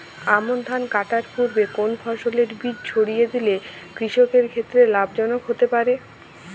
আমন ধান কাটার পূর্বে কোন ফসলের বীজ ছিটিয়ে দিলে কৃষকের ক্ষেত্রে লাভজনক হতে পারে?